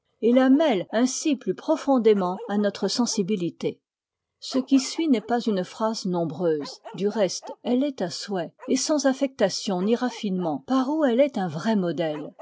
et la mêle ainsi plus profondément à notre sensibilité ce qui suit n'est qu'une phrase nombreuse du reste elle l'est à souhait et sans affectation ni raffinement par où elle est un vrai modèle